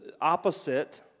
opposite